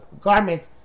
garment